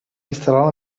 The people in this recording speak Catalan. instal·lar